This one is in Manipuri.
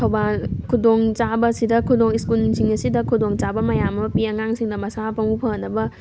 ꯊꯧꯕꯥꯜ ꯈꯨꯗꯣꯡ ꯆꯥꯕꯁꯤꯗ ꯈꯨꯗꯣꯡ ꯁ꯭ꯀꯨꯜꯁꯤꯡ ꯑꯁꯤꯗ ꯈꯨꯗꯣꯡ ꯆꯥꯕ ꯃꯌꯥꯝ ꯑꯃ ꯄꯤ ꯑꯉꯥꯡꯁꯤꯡꯅ ꯃꯁꯥ ꯃꯎꯨ ꯐꯅꯕ